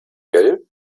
gell